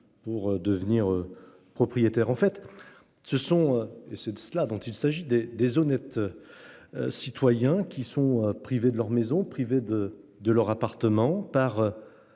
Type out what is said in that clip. pour devenir propriétaire en fait ce sont et c'est de cela dont il s'agit des des honnêtes. Citoyens qui sont privés de leurs maisons privées de de leur appartement par.